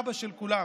אבא של כולם.